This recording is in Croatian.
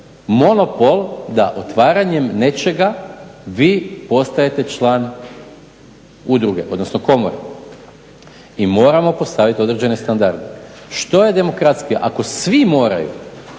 monopol da otvaranjem nečega vi postajete član udruge, odnosno komore. I moramo postaviti određene standarde. Što je demokratskije? Ako svi moraju